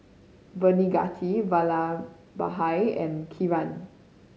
Baneganti Vallabhbhai and Kiran